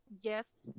yes